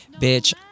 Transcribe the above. bitch